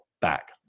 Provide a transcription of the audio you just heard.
back